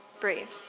breathe